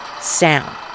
sound